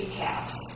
caps